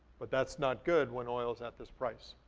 but that's not good when oil is at this price.